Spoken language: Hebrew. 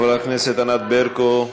חברת הכנסת ענת ברקו.